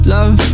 Love